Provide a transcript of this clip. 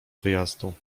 wyjazdu